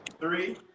Three